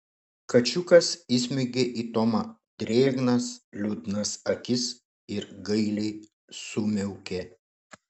kačiukas įsmeigė į tomą drėgnas liūdnas akis ir gailiai sumiaukė